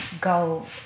go